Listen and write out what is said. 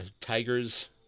tigers